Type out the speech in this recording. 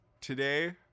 today